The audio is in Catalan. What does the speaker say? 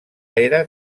era